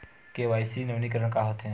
KYC नवीनीकरण का होथे?